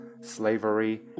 slavery